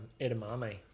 edamame